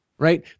Right